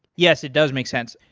yes, it does make sense.